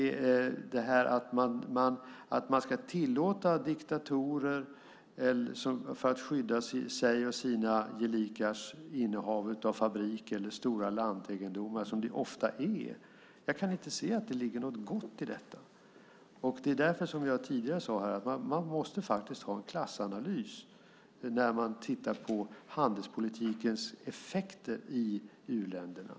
Jag kan inte se att det ligger något gott i att man ska tillåta diktatorer att skydda sina och sina gelikars innehav av fabriker eller stora lantegendomar som det ofta är. Därför sade jag tidigare att man måste ha en klassanalys när man tittar på handelspolitikens effekter i u-länderna.